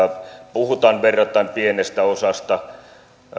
puhutaan verrattain pienestä osasta